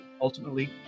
ultimately